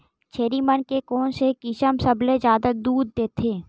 छेरी मन के कोन से किसम सबले जादा दूध देथे?